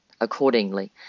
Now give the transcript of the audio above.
accordingly